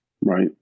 right